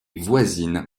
voisine